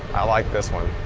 i like this one,